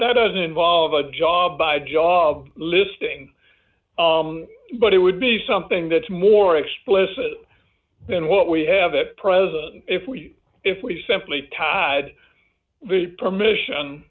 that doesn't involve a job by job listing but it would be something that's more explicit than what we have it present if we if we simply tied the permission